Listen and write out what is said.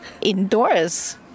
indoors